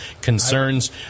concerns